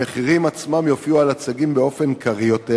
המחירים עצמם יופיעו על הצגים באופן קריא יותר